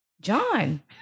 John